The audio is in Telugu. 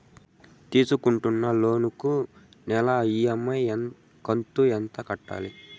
తీసుకుంటున్న లోను కు నెల ఇ.ఎం.ఐ కంతు ఎంత కట్టాలి?